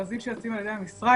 המכרזים שיוצאים על ידי המשרד